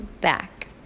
back